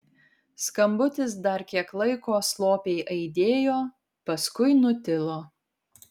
skambutis dar kiek laiko slopiai aidėjo paskui nutilo